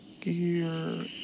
Gear